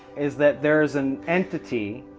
is that there's an entity,